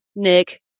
Nick